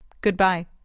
Goodbye